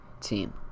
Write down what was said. team